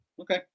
Okay